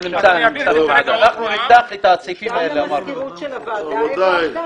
גם למזכירות של הוועדה העברת?